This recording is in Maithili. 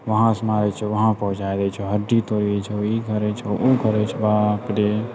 वहाँ से मारय छौ वहाँ पहुँचा देइ छौ हड्डी तोइड़ देइ छौ ई करइ छौ ऊ करइ छौ बापरे